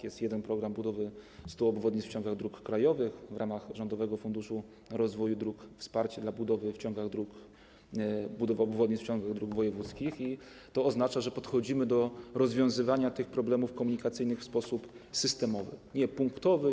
Jest jeden program budowy 100 obwodnic w ciągach dróg krajowych, w ramach Rządowego Funduszu Rozwoju Dróg, wsparcie budowy obwodnic w ciągu dróg wojewódzkich, i to oznacza, że podchodzimy do rozwiązywania tych problemów komunikacyjnych w sposób systemowy, a nie punktowy.